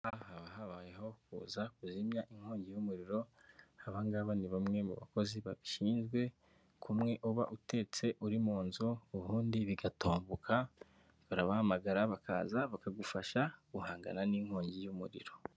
Aha haba habayeho kuza kuzimya inkongi y'umuriro, aba ngaba ni bamwe mu bakozi bashinzwe, kumwe uba utetse uri mu nzu ubundi bigatomboka, urabahamagara bakaza bakagufasha guhangana n'inkongi y'umuriro.